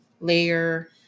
layer